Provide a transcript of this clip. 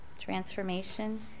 transformation